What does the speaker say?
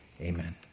Amen